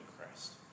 Christ